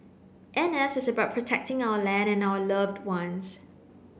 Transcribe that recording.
N S is about protecting our land and our loved ones